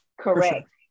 correct